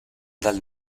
dal